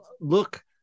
look